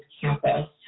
campus